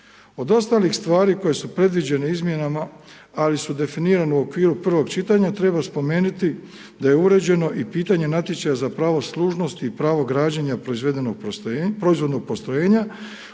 Od ostalih stvari koje su predviđene izmjenama ali su definirane u okviru prvog čitanja, treba spomenuti da je uređeno i pitanje natječaja za pravo služnosti i pravo građenja proizvodnog postrojenja